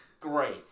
Great